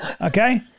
Okay